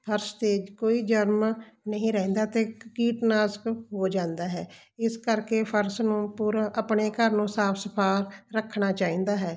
ਫਰਸ਼ 'ਤੇ ਕੋਈ ਜਰਮ ਨਹੀਂ ਰਹਿੰਦਾ ਅਤੇ ਕੀਟਨਾਸ਼ਕ ਹੋ ਜਾਂਦਾ ਹੈ ਇਸ ਕਰਕੇ ਫਰਸ਼ ਨੂੰ ਪੂਰਾ ਆਪਣੇ ਘਰ ਨੂੰ ਸਾਫ ਸੁਪਾ ਰੱਖਣਾ ਚਾਹੀਦਾ ਹੈ